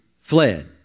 fled